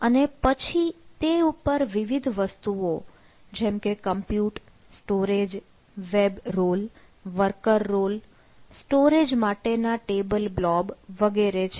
અને પછી તે ઉપર વિવિધ વસ્તુઓ જેમકે compute storage web role worker role storage માટે ના ટેબલ બ્લોબ વગેરે છે